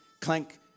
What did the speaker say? clank